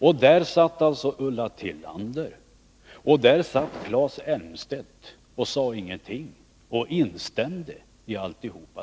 Vid behandlingen i kammaren satt Ulla Tillander och Claes Elmstedt där och sade ingenting, utan instämde i detta.